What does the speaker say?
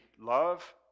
love